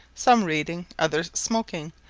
some reading, others smoking,